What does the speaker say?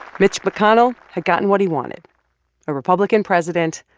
mitch mcconnell had gotten what he wanted a republican president,